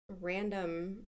random